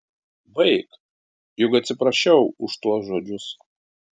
baik juk atsiprašiau už tuos žodžius